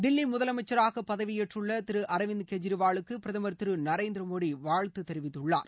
தில்லி முதலமைச்சரா பதவியேற்றுள்ள திரு அரவிந்த் கெஜ்ரிவாலுக்கு பிரதமர் திரு நரேந்திரமோடி வாழ்த்து தெரிவித்துள்ளார்